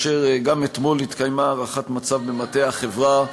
וגם אתמול התקיימה הערכת מצב במטה החברה.